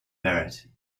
ferret